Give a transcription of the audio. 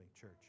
church